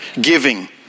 giving